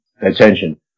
attention